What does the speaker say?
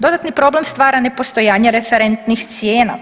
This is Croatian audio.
Dodatni problem stvara nepostojanje referentnih cijena.